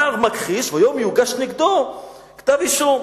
הנער מכחיש והיום יוגש נגדו כתב אישום.